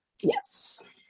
yes